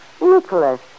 Nicholas